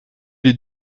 les